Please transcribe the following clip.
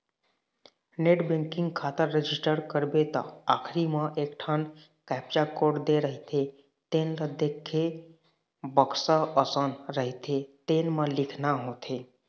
net banking खाता register करबे त आखरी म एकठन कैप्चा कोड दे रहिथे तेन ल देखके बक्सा असन रहिथे तेन म लिखना होथे